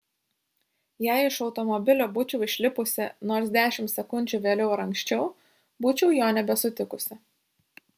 jei iš automobilio būčiau išlipusi nors dešimt sekundžių vėliau ar anksčiau būčiau jo nebesutikusi